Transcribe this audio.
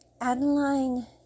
Adeline